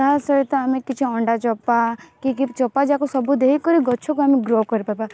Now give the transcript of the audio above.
ତାହା ସହିତ ଆମେ କିଛି ଅଣ୍ଡା ଚୋପା କି କିଛି ଚୋପା ଯାକ ସବୁ ଦେଇକରି ଗଛକୁ ଆମେ ଗ୍ରୋ କରିଦବା